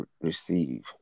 receive